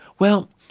well,